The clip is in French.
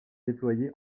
déployé